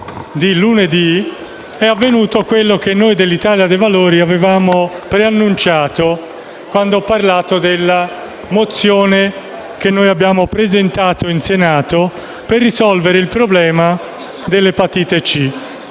che è avvenuto quello che noi dell'Italia dei Valori avevamo preannunciato quando ho parlato della mozione che abbiamo presentato in Senato per risolvere il problema dell'epatite C.